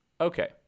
Okay